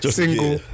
single